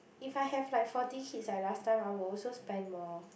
if I have like forty kids like last time I will also spend more